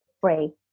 free